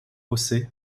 josé